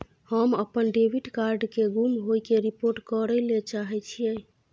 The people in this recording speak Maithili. हम अपन डेबिट कार्ड के गुम होय के रिपोर्ट करय ले चाहय छियै